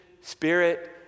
spirit